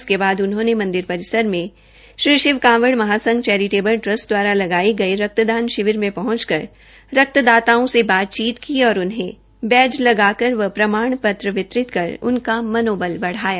इसके बाद उन्होंने मंदिर परिसर में श्री शिव कांवड़ महासंघ चेरीटेबल टस्ट्र द्वारा लगाये जा रहे रक्तदान शिविर में पहुंचकर रक्तदाताओं से बातचीत की और उन्हें बैज लगाकर व प्रमाण पत्र विततिर कर उनका मनोबल बढ़ाया